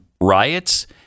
riots